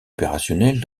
opérationnelles